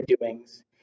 doings